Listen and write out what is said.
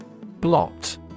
Blot